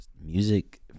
music